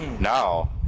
now